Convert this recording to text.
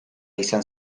izan